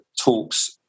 talks